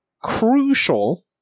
crucial